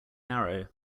narrow